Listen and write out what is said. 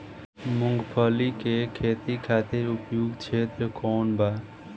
मूँगफली के खेती खातिर उपयुक्त क्षेत्र कौन वा?